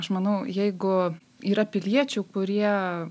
aš manau jeigu yra piliečių kurie